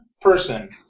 person